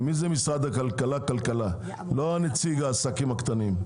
מי זה משרד הכלכלה-כלכלה, לא נציג העסקים הקטנים.